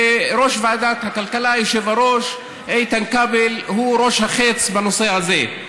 וראש ועדת הכלכלה איתן כבל הוא ראש החץ בנושא הזה.